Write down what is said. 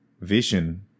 vision